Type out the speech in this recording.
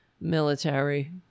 military